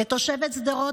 כתושבת שדרות,